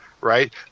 right